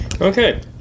Okay